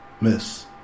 Miss